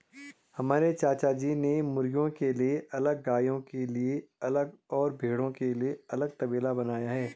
हमारे चाचाजी ने मुर्गियों के लिए अलग गायों के लिए अलग और भेड़ों के लिए अलग तबेला बनाया है